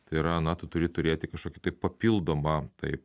tai yra na tu turi turėti kažkokį tai papildomą tai